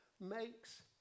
makes